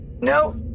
No